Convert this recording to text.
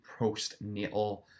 postnatal